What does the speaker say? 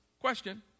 Question